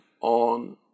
on